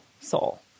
soul